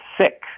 sick